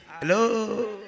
hello